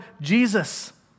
Jesus